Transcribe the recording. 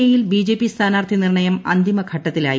A യിൽ BJP സ്ഥാനാർത്ഥി നിർണ്ണയം അന്തിമഘട്ടത്തിലായി